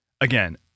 Again